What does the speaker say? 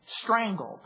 strangled